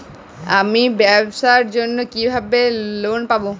আমি ব্যবসার জন্য কিভাবে লোন পাব?